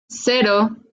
cero